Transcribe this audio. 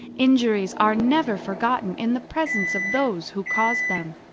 injuries are never forgotten in the presence of those who caused them.